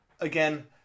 again